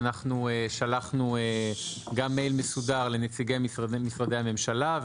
שלחנו גם מייל מסודר לנציגי משרדי הממשלה,